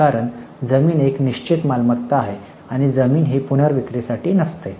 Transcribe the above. कारण जमीन एक निश्चित मालमत्ता आहे आणि जमीन ही पुनर्विक्रीसाठी नसते